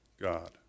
God